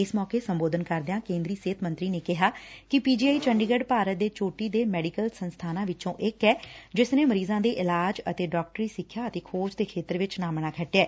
ਇਸ ਮੋਕੇ ਸੰਬੋਧਨ ਕਰਦਿਆਂ ਕੇਂਦਰੀ ਸਿਹਤ ਮੰਤਰੀ ਨੇ ਕਿਹਾ ਕਿ ਪੀ ਜੀ ਆਈ ਚੰਡੀਗੜ ਭਾਰਤ ਦੇ ਛੋਟੀ ਦੇ ਸੈਡੀਕਲ ਸੰਸਬਾਨਾਂ ਵਿਚੋਂ ਇਕ ਐ ਜਿਸ ਨੇ ਮਰੀਜ਼ਾਂ ਦੇ ਇਲਾਜ ਅਤੇ ਡਾਕਟਰੀ ਸਿੱਖਿਆ ਅਤੇ ਖੋਜ ਦੇ ਖੇਤਰਂ ਚ ਨਾਮਣਾ ਖਟਿਐ